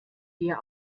dir